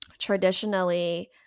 Traditionally